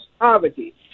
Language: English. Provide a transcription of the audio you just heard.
poverty